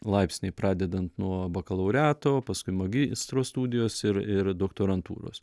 laipsniai pradedant nuo bakalauriato paskui magistro studijos ir ir doktorantūros